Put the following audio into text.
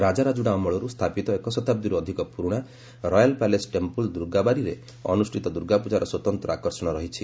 ରାଜାରାଜୁଡ଼ା ଅମଳରୁ ସ୍ଥାପିତ ଏକ ଶତାବ୍ଦୀରୁ ଅଧିକ ପୁରୁଣା ରୟାଲ୍ ପ୍ୟାଲେସ୍ ଟେମ୍ପୁଲ୍ ଦୁର୍ଗା ବାରିରେ ଅନୁଷ୍ଠିତ ଦ୍ରର୍ଗାପ୍ଜାର ସ୍ୱତନ୍ତ୍ର ଆକର୍ଷଣ ରହିଛି